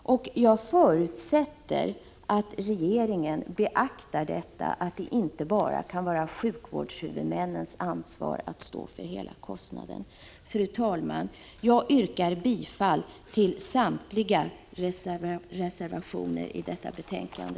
Jag förutsätter att regeringen beaktar detta. Det kan inte bara vara sjukvårdshuvudmännens ansvar att stå för hela kostnaden. Fru talman! Jag yrkar bifall till samtliga reservationer i detta betänkande.